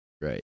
right